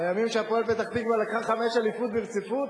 לימים ש"הפועל פתח-תקווה" לקחה חמש אליפויות ברציפות?